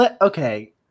okay